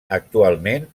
actualment